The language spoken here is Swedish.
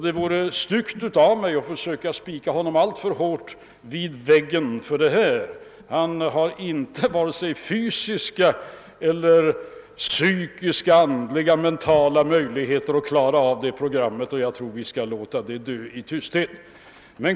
Det vore då styggt av mig att försöka spika fast honom alltför hårt vid väggen för detta löfte — han har vare sig fysiska eller psysiska möjligheter att klara av det programmet, så jag tror vi bör låta det löftet dö i tysthet.